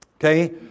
Okay